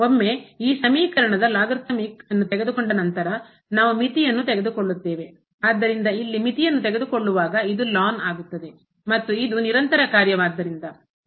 ಒಮ್ಮೆ ಈ ಸಮೀಕರಣದ ಲಾಗರಿಥಮಿಕ್ ಅನ್ನು ತೆಗೆದುಕೊಂಡ ನಂತರ ನಾವು ಮಿತಿಯನ್ನು ತೆಗೆದುಕೊಳ್ಳುತ್ತೇವೆ ಆದ್ದರಿಂದ ಇಲ್ಲಿ ಮಿತಿಯನ್ನು ತೆಗೆದುಕೊಳ್ಳುವಾಗ ಇದು ಮತ್ತು ಇದು ನಿರಂತರ ಕಾರ್ಯವಾದ್ದರಿಂದ